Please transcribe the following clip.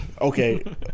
Okay